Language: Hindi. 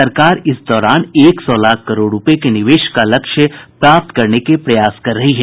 सरकार इस दौरान एक सौ लाख करोड़ रुपए के निवेश का लक्ष्य प्राप्त करने के प्रयास कर रही है